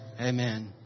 Amen